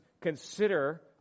consider